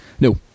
No